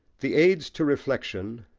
the aids to reflection,